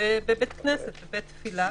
בבית כנסת, בבית תפילה.